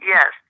Yes